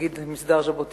נגיד מסדר ז'בוטינסקי,